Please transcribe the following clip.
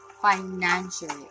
financially